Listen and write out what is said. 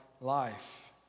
life